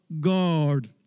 God